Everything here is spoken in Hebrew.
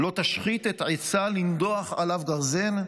לא תשחית את עצה לנדֹח עליו גרזן,